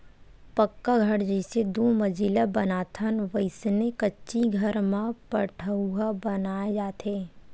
पक्का घर जइसे दू मजिला बनाथन वइसने कच्ची घर म पठउहाँ बनाय जाथे